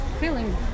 feeling